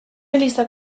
eliza